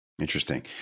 Interesting